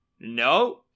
No